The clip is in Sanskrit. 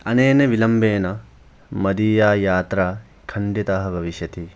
अनेन विलम्बेन मदीया यात्रा खण्डितः भविष्यति